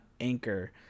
Anchor